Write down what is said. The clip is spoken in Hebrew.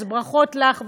אז ברכות לך,